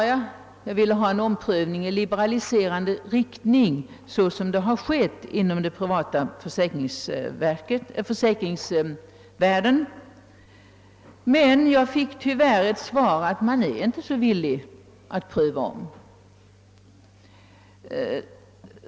Jag önskade en omprövning i liberaliserande riktning såsom skett inom den privata försäkringssektorn. Jag har tyvärr fått till svar, att man inte är så villig att pröva om frågan.